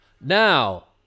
Now